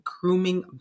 grooming